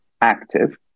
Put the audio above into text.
active